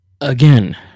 Again